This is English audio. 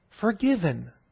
forgiven